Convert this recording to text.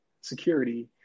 Security